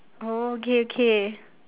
oh okay okay